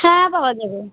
হ্যাঁ পাওয়া যাবে